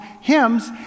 hymns